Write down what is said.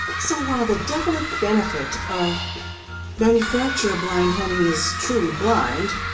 so while the definite benefit of manufacturer blind hemming is truly blind